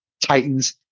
Titans